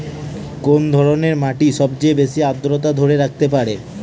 কোন ধরনের মাটি সবচেয়ে বেশি আর্দ্রতা ধরে রাখতে পারে?